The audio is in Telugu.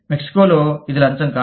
మెక్సికోలో ఇది లంచం కాదు